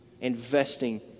investing